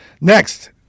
Next